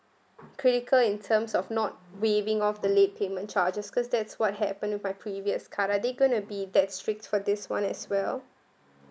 critical in terms of not waiving off the late payment charges cause that's what happened of my previous card I think going to be that strict for this [one] as well